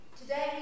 Today